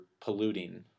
polluting